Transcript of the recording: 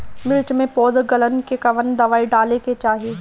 मिर्च मे पौध गलन के कवन दवाई डाले के चाही?